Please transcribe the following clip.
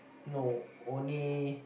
no only